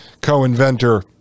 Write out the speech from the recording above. Co-inventor